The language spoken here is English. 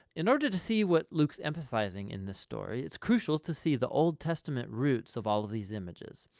in order to see what luke's emphasizing in this story, it is crucial to see the old testament roots of all of these images.